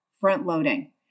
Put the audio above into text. front-loading